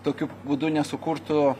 tokiu būdu nesukurtų